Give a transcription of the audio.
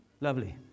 Lovely